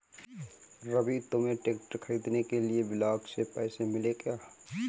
रवि तुम्हें ट्रैक्टर खरीदने के लिए ब्लॉक से पैसे मिले क्या?